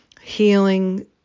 healing